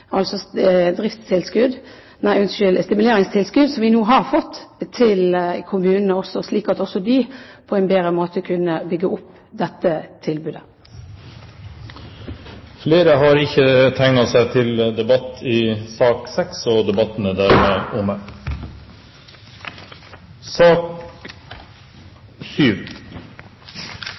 altså stimuleringstilskudd, som vi nå har fått, slik at også kommunene på en bedre måte kan bygge opp dette tilbudet. Flere har ikke bedt om ordet til sak nr. 6. Etter ønske fra helse- og